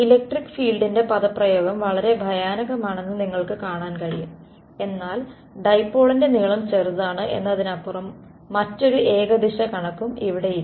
electric ഫീൾഡിൻ്റെ പദപ്രയോഗം വളരെ ഭയാനകമാണെന്ന് നിങ്ങൾക്ക് കാണാൻ കഴിയും എന്നാൽ ഡൈപോളിൻ്റെ നീളം ചെറുതാണ് എന്നതിനപ്പുറം മറ്റൊരു ഏകദേശ കണക്കും ഇവിടെയില്ല